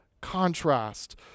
contrast